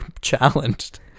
challenged